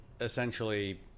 essentially